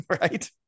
right